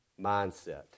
Mindset